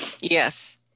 Yes